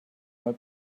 mal